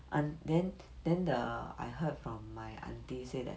ah then then the I heard from my aunty say that